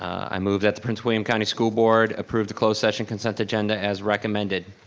i move that the prince william county school board approve the closed session consent agenda, as recommended.